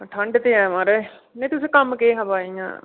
ठंड ते ऐ महाराज नी तुसें कम्म केह् हा इ'यां